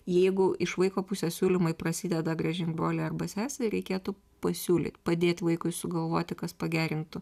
jeigu iš vaiko pusės siūlymai prasideda grąžink brolį arba sesę reikėtų pasiūlyt padėt vaikui sugalvoti kas pagerintų